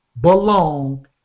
belong